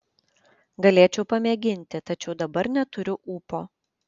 galėčiau pamėginti tačiau dabar neturiu ūpo